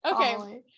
Okay